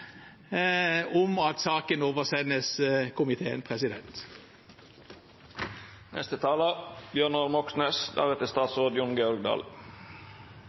om at saken oversendes komiteen.